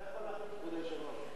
אדוני היושב-ראש.